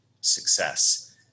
success